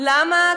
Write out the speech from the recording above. למה?